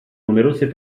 numerose